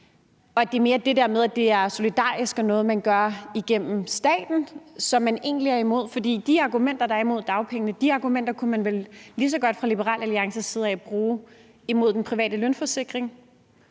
at det mere er det der med, at det er solidarisk og noget, man gør igennem staten, som man egentlig er imod. For de argumenter, der er imod dagpengene, kunne man vel lige så godt fra Liberal Alliances side bruge imod den private lønforsikring.